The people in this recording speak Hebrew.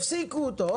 והפסיקו אותו.